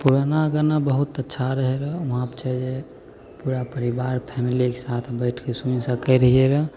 पुराना गाना बहुत अच्छा रहै रहऽ वहाँ पऽ छै जे पूरा परिबार फैमिलीके साथ बैठ कऽ सुनि सकै रहियै रहऽ